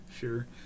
Sure